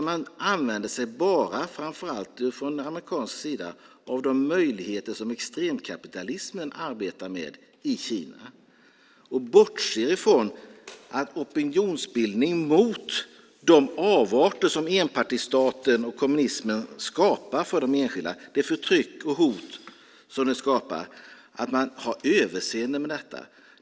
Man använder sig bara, framför allt från amerikansk sida, av de möjligheter som extremkapitalismen arbetar med i Kina och bortser från opinionsbildningen mot de avarter, det förtryck och hot som enpartistaten och kommunismen skapar för de enskilda. Man har överseende med detta.